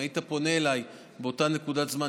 אם היית פונה אליי באותה נקודת זמן,